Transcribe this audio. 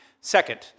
Second